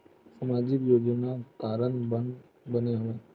सामाजिक योजना का कारण बर बने हवे?